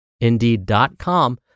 Indeed.com